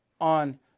on